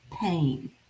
pain